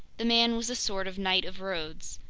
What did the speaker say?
the man was a sort of knight of rhodes,